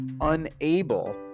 unable